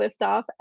LiftOff